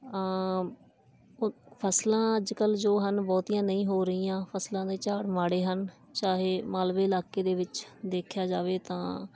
ਅ ਫਸਲਾਂ ਅੱਜ ਕੱਲ੍ਹ ਜੋ ਹਨ ਬਹੁਤੀਆਂ ਨਹੀਂ ਹੋ ਰਹੀਆਂ ਫਸਲਾਂ ਦੇ ਝਾੜ ਮਾੜੇ ਹਨ ਚਾਹੇ ਮਾਲਵੇ ਇਲਾਕੇ ਦੇ ਵਿੱਚ ਦੇਖਿਆ ਜਾਵੇ ਤਾਂ